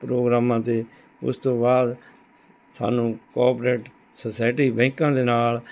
ਪ੍ਰੋਗਰਾਮਾਂ 'ਤੇ ਉਸ ਤੋਂ ਬਾਅਦ ਸਾਨੂੰ ਕੋਅਪਰੇਟ ਸੋਸਾਇਟੀ ਬੈਂਕਾਂ ਦੇ ਨਾਲ